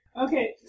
Okay